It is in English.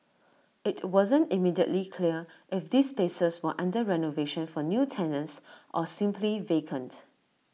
IT wasn't immediately clear if these spaces were under renovation for new tenants or simply vacant